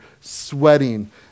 sweating